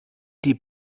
die